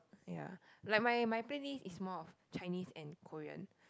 ya like my my playlist is more of Chinese and Korean